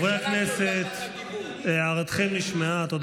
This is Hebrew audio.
חברי הכנסת, הערתכם נשמעה, תודה.